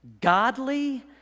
godly